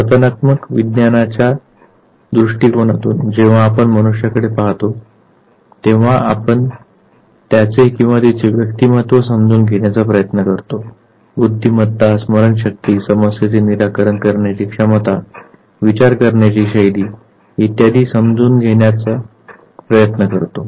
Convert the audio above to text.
वर्तनात्मक विज्ञानाच्या दृष्टिकोनातून जेव्हा आपण मनुष्याकडे पाहतो तेव्हा आपण त्याचे किंवा तिचे व्यक्तिमत्त्व समजून घेण्याचा प्रयत्न करतो बुद्धिमत्ता स्मरणशक्ती समस्येचे निराकरण करण्याची क्षमता विचार करण्याची शैली इत्यादी समजून घेण्याच प्रयत्न करतो